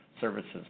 services